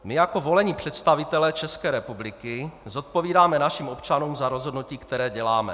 My jako volení představitelé České republiky zodpovídáme našim občanům za rozhodnutí, které děláme.